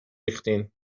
ریختین